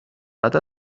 بعد